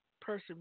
person